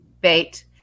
bait